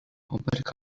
oberka